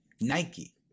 Nike